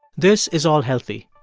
this is all healthy.